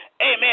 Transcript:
Amen